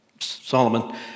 Solomon